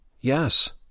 Yes